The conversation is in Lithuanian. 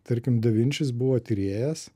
tarkim davinčis buvo tyrėjas